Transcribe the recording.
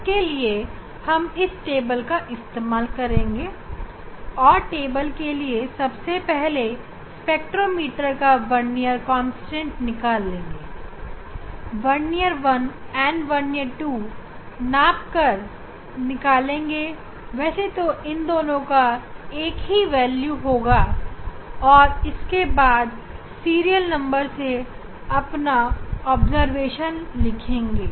उसके लिए हम इस टेबल का इस्तेमाल करेंगे और टेबल के लिए सबसे पहले स्पेक्ट्रोमीटर का vernier constant vernier 1 and vernier 2 नाप लेंगे वैसे तो इन दोनों का एक ही उत्तर होगा और इसके बाद सीरियल नंबर से अपनी अवलोकन 123 को लिखेंगे